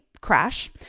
crash